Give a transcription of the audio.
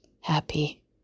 Happy